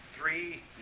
three